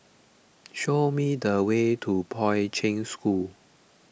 show me the way to Poi Ching School